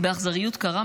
באכזריות קרה,